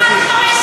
גברתי,